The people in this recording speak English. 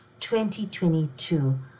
2022